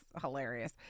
hilarious